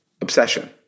obsession